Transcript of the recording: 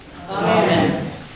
Amen